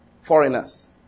foreigners